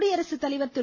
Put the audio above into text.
குடியரசுத்தலைவர் திரு